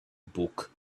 book